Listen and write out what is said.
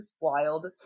wild